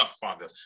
Father